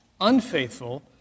unfaithful